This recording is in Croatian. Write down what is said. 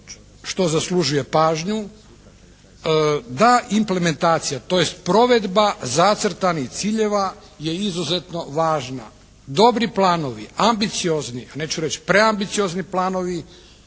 što zaslužuje pažnju da implementacija, tj. provedba zacrtanih ciljeva je izuzetno važna. Dobri planovi, ambiciozni, neću reći preambiciozni planovi